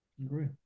agree